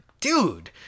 dude